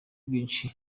bwinshi